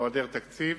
או העדר תקציב.